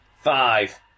five